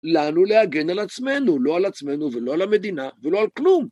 לנו להגן על עצמנו, לא על עצמנו ולא על המדינה ולא על כלום.